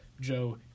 Joe